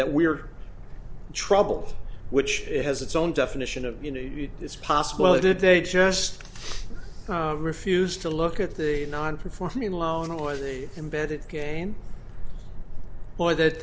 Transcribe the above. that we're trouble which has its own definition of you know it's possible it did they just refused to look at the non performing loans or the embedded gain or that